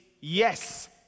yes